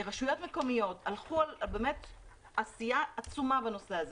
רשויות מקומיות הלכו על עשייה עצומה בנושא הזה.